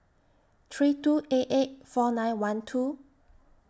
three two eight eight four nine one two